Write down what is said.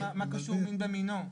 מין במינו.